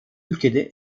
ülkede